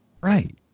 Right